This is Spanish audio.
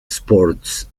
sports